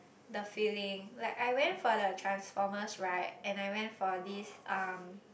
the feeling like I went for the Transformers ride and I went for this um